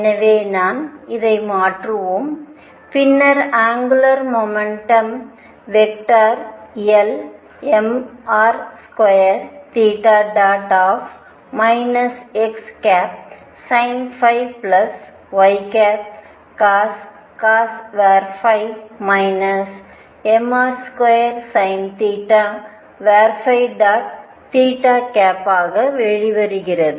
எனவே நான் இதை மாற்றுவோம் பின்னர் angular momentum vector L mr2 xsinϕ ycos mr2sinθ ஆக வெளிவருகிறது